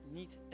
niet